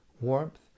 warmth